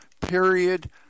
period